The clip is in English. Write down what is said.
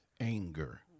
anger